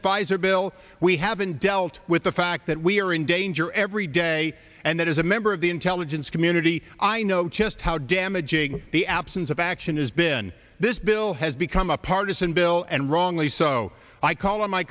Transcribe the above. speiser bill we haven't dealt with the fact that we're in danger every day and that is a member of the intelligence community i know just how damaging the absence of action has been this bill has become a partisan bill and wrongly so i call on my